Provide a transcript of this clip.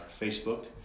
facebook